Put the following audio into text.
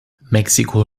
mexiko